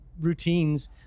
routines